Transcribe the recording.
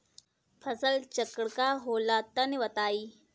फसल चक्रण का होला तनि बताई?